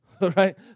right